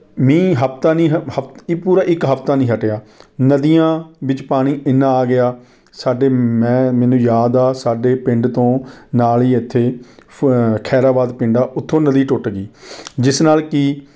ਮੀਂਹ ਹਫ਼ਤਾ ਨਹੀਂ ਹ ਹਫ਼ ਨਹੀਂ ਪੂਰਾ ਇੱਕ ਹਫ਼ਤਾ ਨਹੀਂ ਹੱਟਿਆ ਨਦੀਆਂ ਵਿੱਚ ਪਾਣੀ ਇੰਨਾਂ ਆ ਗਿਆ ਸਾਡੇ ਮੈਂ ਮੈਨੂੰ ਯਾਦ ਆ ਸਾਡੇ ਪਿੰਡ ਤੋਂ ਨਾਲ ਹੀ ਇੱਥੇ ਫ ਖਹਿਰਾਬਾਦ ਪਿੰਡ ਆ ਉੱਥੋਂ ਨਦੀ ਟੁੱਟ ਗਈ ਜਿਸ ਨਾਲ ਕਿ